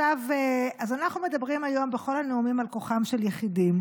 אז אנחנו מדברים היום בכל הנאומים על כוחם של יחידים,